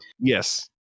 Yes